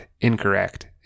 incorrect